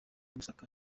gusaka